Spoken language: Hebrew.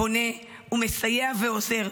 בונה ומסייע ועוזר,